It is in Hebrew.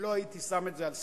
ולא הייתי שם את זה על סדר-היום.